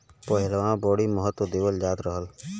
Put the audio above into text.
पहिलवां बड़ी महत्त्व देवल जात रहल